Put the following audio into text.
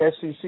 SEC